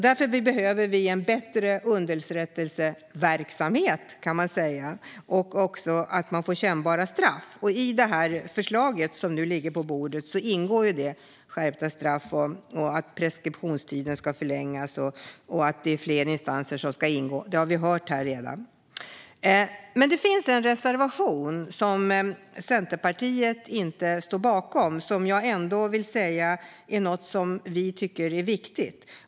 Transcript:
Därför behöver vi en bättre underrättelseverksamhet, och det gäller att man också får kännbara straff. I det förslag som nu ligger på bordet ingår skärpta straff, att preskriptionstiden ska förlängas och att fler instanser ska ingå. Det har vi redan hört här. Det finns en reservation, som Centerpartiet inte står bakom. Jag vill ändå säga att det handlar om något som vi tycker är viktigt.